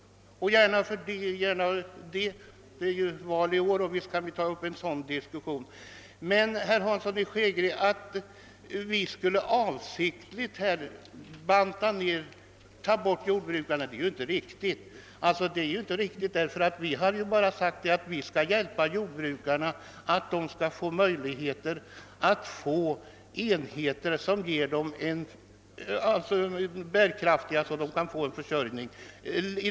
Det är ju valår och visst kan vi ta upp en sådan diskussion. Men, herr Hansson, att vi avsiktligt skulle vilja ta bort jordbruken är inte riktigt. Vi har bara sagt att vi vill hjälpa jordbrukarna att få bärkraftiga enheter och liksom andra grupper kunna få sin försörjning.